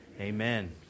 Amen